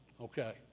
Okay